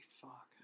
fuck